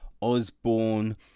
Osborne